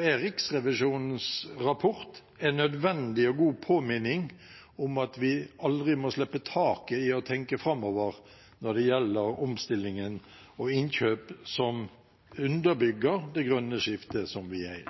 er Riksrevisjonens rapport en nødvendig og god påminning om at vi aldri må slippe taket i å tenke framover når det gjelder omstillingen og innkjøp som underbygger det grønne skiftet som vi er i.